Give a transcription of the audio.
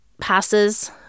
passes